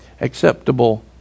Acceptable